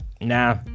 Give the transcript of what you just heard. Nah